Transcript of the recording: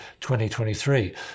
2023